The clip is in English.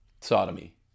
sodomy